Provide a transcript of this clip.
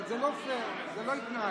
אבל זה לא פייר, זה לא התנהגות.